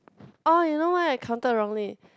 orh you know why I counted wrongly